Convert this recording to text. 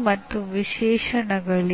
ಸಿದ್ಧಾಂತದಿಂದ ಬಂದ ಅನೇಕ ಅಭ್ಯಾಸಗಳು ಇನ್ನೂ ಪ್ರಾಥಮಿಕ ಮತ್ತು ವಿಶ್ವವಿದ್ಯಾನಿಲಯದ ಶಿಕ್ಷಣದ ಅವಧಿಯಲ್ಲಿ ಬಳಕೆಯಲ್ಲಿದೆ